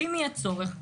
ואם יהיה צורך,